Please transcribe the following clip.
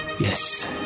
Yes